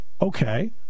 Okay